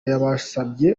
yabasabye